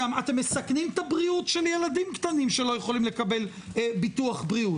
אתם מסכנים את הבריאות של ילדים קטנים שלא יכולים לקבל ביטוח בריאות.